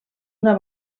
una